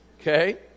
okay